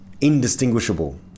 indistinguishable